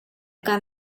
gun